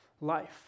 life